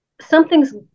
something's